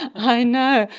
i know,